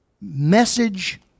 message